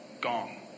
gong